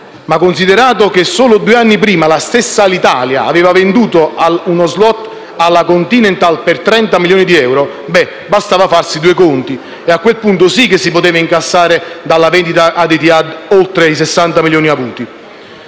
Ma considerato che solo due anni prima la stessa Alitalia aveva venduto uno *slot* alla Continental per 30 milioni di euro, bastava farsi due conti e a quel punto sì che si potevano incassare dalla vendita a Etihad oltre i 60 milioni di